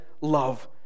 love